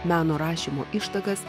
meno rašymo ištakas